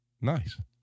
Nice